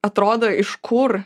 atrodo iš kur